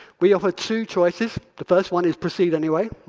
we offer two choices. the first one is, proceed anyway.